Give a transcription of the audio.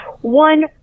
one